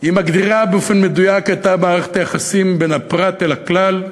היא מגדירה באופן מדויק את מערכת היחסים בין הפרט לכלל,